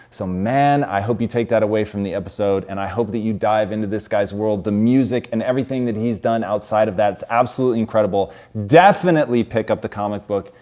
so man, i hope you take that away from the episode, and i hope that you dive into this guys world. the music and everything he's done outside of that's absolutely incredible. definitely pick up the comic book,